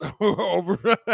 over